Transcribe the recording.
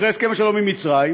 אחרי הסכם השלום עם מצרים,